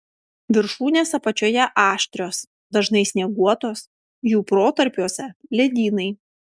viršūnės apačioje aštrios dažnai snieguotos jų protarpiuose ledynai